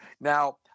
Now